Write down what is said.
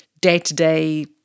day-to-day